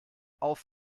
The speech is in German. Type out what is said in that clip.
auf